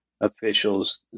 officials